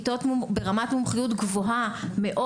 כיתות ברמת מומחיות גבוהה מאוד,